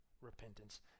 repentance